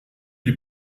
die